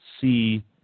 see